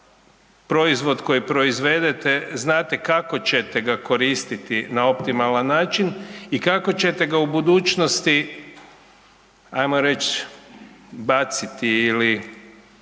proizvod koji proizvedete znate kako ćete ga koristiti na optimalan način i kako ćete ga u budućnosti, ajmo reći baciti ili